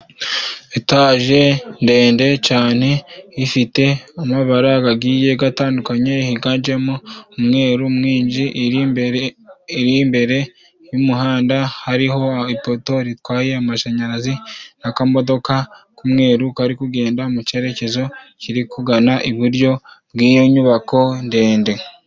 Etaje ndende cyane ifite amabara gagiye gatandukanye higanjemo umweru mwinshi iri imbere, iri imbere y'umuhanda hariho ipoto ritwaye amashanyarazi n'akamodoka k'umweru kari kugenda mu cyerekezo kiri kugana iburyo bw'iyo nyubako ndende.